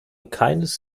keines